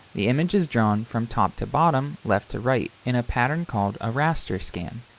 the image is drawn from top to bottom, left to right, in a pattern called a raster scan.